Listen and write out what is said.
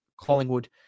Collingwood